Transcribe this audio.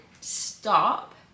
stop